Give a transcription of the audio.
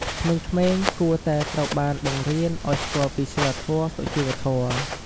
ក្មេងៗគួរតែត្រូវបានបង្រៀនឲ្យស្គាល់ពីសីលធម៍ សុជីវធម៍។